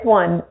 one